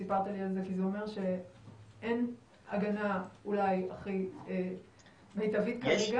שסיפרת לי על --- זה אומר שאין הגנה אולי הכי מיטבית בעירייה.